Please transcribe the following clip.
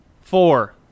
Four